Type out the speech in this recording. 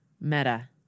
Meta